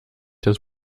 das